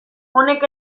honek